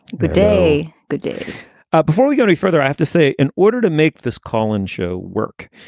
the day good day before we go any further, i have to say, in order to make this call-in show work,